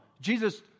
Jesus